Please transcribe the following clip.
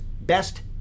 best